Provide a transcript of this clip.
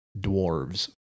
dwarves